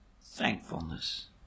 thankfulness